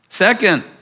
Second